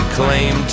claim